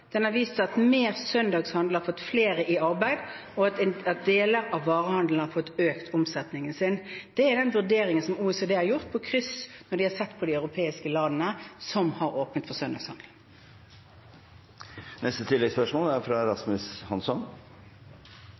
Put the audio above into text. Den har vist at mer søndagshandel har fått flere i arbeid, og at deler av varehandelen har fått økt omsetningen sin. Det er den vurderingen som OECD har gjort når de har sett på de europeiske landene som har åpnet for søndagshandel. Rasmus Hansson – til oppfølgingsspørsmål. Ja da – det er